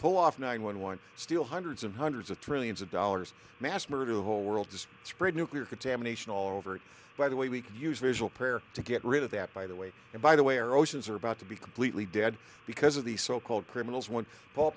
pull off nine one one steal hundreds and hundreds of trillions of dollars mass murder a whole world to spread nuclear contamination all over it by the way we can use visual prayer to get rid of that by the way and by the way are oceans are about to be completely dead because of the so called criminals one ball